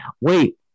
Wait